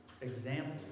example